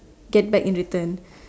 get back in return